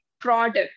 product